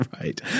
Right